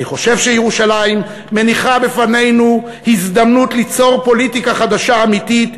אני חושב שירושלים מניחה בפנינו הזדמנות ליצור פוליטיקה חדשה אמיתית,